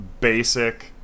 basic